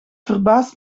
verbaast